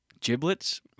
Giblets